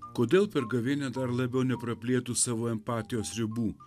kodėl per gavėnią dar labiau nepraplėtus savo empatijos ribų